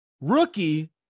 rookie